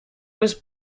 was